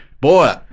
Boy